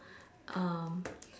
um